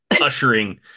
ushering